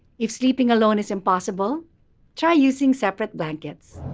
if sleeping alone is impossible try using separate blankets.